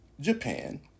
Japan